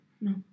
no